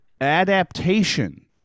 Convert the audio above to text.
adaptation